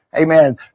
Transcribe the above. Amen